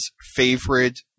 favorite